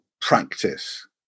practice